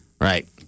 right